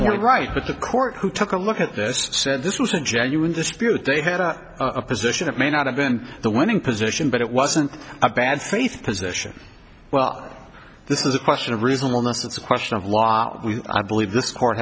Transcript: every right but the court who took a look at this said this was a genuine dispute they had a position it may not have been the winning position but it wasn't a bad faith position well this is a question of reasonableness it's a question of law i believe this court